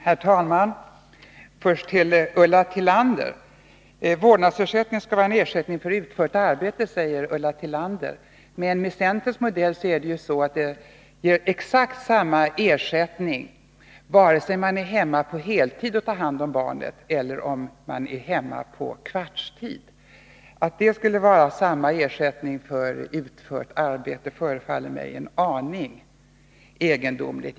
Herr talman! Först några ord till Ulla Tillander. Vårdnadsersättning skall vara en ersättning för utfört arbete, säger Ulla Tillander. Men med centerns modell utgår ju exakt samma ersättning vare sig man är hemma på heltid och tar hand om barnet eller om man är hemma på kvartstid. Att det skulle innebära samma ersättning för utfört arbete förefaller mig en aning egendomligt.